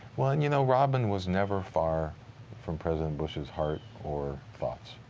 and you know robin was never far from president bush's heart or thoughts.